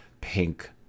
pink